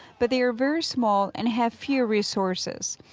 but they are very small and have few resources.